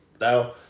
now